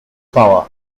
power